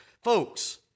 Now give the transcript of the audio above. Folks